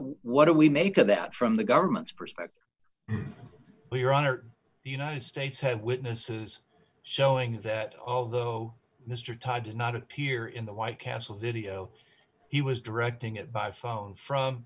do we make of that from the government's perspective we're on or the united states had witnesses showing that although mr todd did not appear in the white castle video he was directing it by phone from